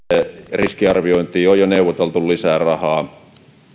riskiarviointiin on jo neuvoteltu lisää rahaa